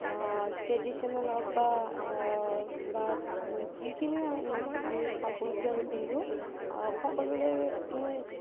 traditional হওক বা বা যিকোনো আমি কাপোৰ কিয় নিপিন্ধো সকলোৰে মানে